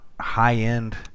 high-end